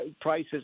prices